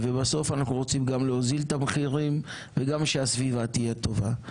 ובסוף אנחנו רוצים גם להוזיל את המחירים וגם שהסביבה תהיה טובה.